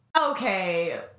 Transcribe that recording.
okay